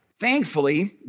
Thankfully